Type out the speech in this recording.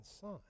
son